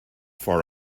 far